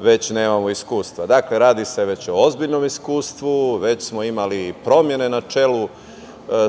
već nemamo iskustva. Dakle, radi se već o ozbiljnom iskustvu, već smo imali promene na čelu